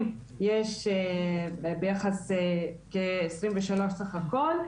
יש כעשרים ושמונה בסך הכל.